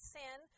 sin